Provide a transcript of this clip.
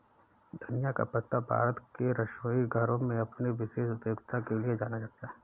धनिया का पत्ता भारत के रसोई घरों में अपनी विशेष उपयोगिता के लिए जाना जाता है